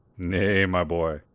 nay, my boy.